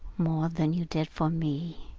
more than you did for me?